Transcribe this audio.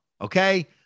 okay